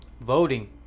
voting